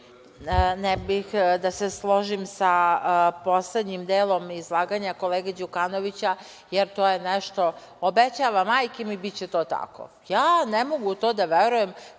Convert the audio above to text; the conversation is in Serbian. Ne bih da se složim sa poslednjim delom izlaganja, kolege Đunakovića, jer to je nešto, obećava, majke mi, biće to tako. Ja ne mogu u to da verujem,